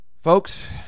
folks